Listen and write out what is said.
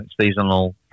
seasonal